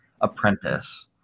apprentice